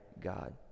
God